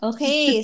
Okay